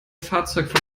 fahrzeug